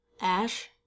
Ash